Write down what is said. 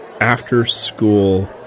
after-school